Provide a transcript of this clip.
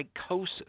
psychosis